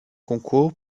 concours